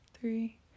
three